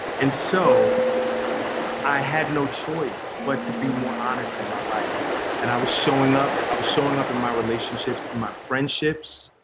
and so i had no choice but to be more honest in my life and i was showing up, i was showing up in my relationships, in my friendships,